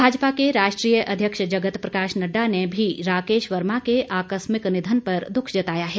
भाजपा के राष्ट्रीय अध्यक्ष जगत प्रकाश नड़डा ने भी राकेश वर्मा के आकस्मिक निधन पर दुख जताया है